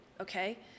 okay